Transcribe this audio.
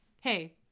Hey